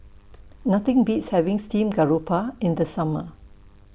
Nothing Beats having Steamed Garoupa in The Summer